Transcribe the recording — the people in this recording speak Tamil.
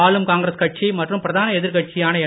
ஆளும் காங்கிரஸ் கட்சி மற்றும் பிரதான எதிர்கட்சியான என்